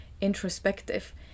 introspective